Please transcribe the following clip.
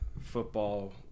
football